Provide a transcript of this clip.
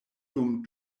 dum